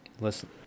Listen